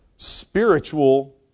Spiritual